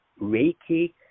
Reiki